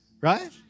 right